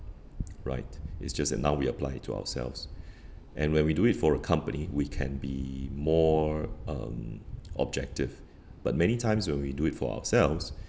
right it's just that now we apply it to ourselves and when we do it for a company we can be more um objective but many times when we do it for ourselves